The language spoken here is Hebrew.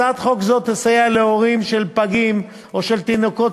הצעת חוק זו תסייע להורים של פגים או של תינוקות